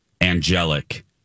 angelic